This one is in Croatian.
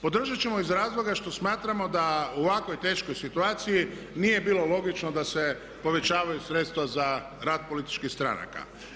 Podržat ćemo iz razloga što smatramo da u ovakvoj teškoj situaciji nije bilo logično da se povećavaju sredstva za rad političkih stranaka.